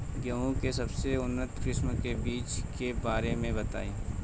गेहूँ के सबसे उन्नत किस्म के बिज के बारे में बताई?